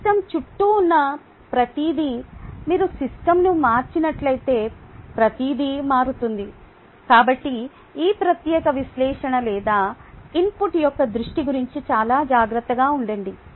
system చుట్టూ ఉన్న ప్రతిదీ మీరు సిస్టమ్ను మార్చినట్లయితే ప్రతిదీ మారుతుంది కాబట్టి ఈ ప్రత్యేక విశ్లేషణ లేదా ఇన్పుట్ యొక్క దృష్టి గురించి చాలా జాగ్రత్తగా ఉండండి